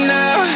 now